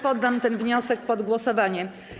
Poddam ten wniosek pod głosowanie.